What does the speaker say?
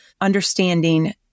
understanding